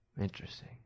interesting